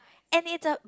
and it's a